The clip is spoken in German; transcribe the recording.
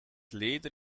leder